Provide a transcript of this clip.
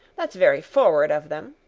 that's very forward of them.